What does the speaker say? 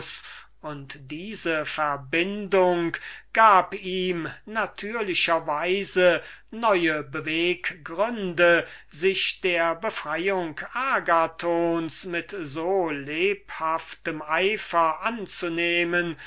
und diese verbindung gab natürlicher weise neue beweggründe sich der befreiung agathons mit so lebhaftem eifer anzunehmen